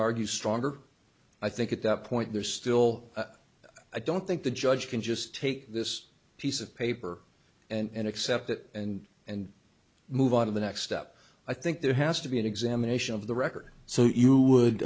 argue stronger i think at that point there's still i don't think the judge can just take this piece of paper and accept it and and move on to the next step i think there has to be an examination of the record so you would